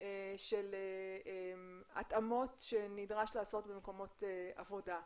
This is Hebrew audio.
של התאמות שנדרש לעשות במקומות עבודה.